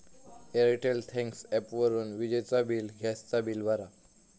Airtel thanks ॲपवरून विजेचा bill, gas चा बिल भरा